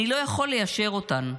אני לא יכול ליישר אותן.